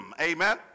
Amen